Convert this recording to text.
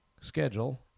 schedule